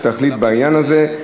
שתחליט בעניין הזה.